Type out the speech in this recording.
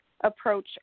approach